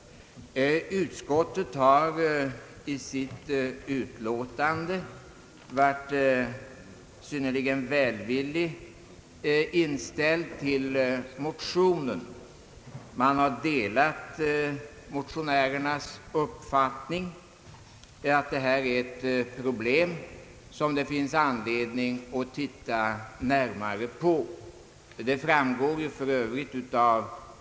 Utskottet har i sitt utlåtande varit synnerligen välvilligt inställt till motionen. Man delar motionärernas uppfattning att det finns anledning att titta närmare på detta problem.